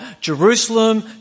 Jerusalem